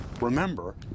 Remember